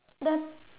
the